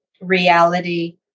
reality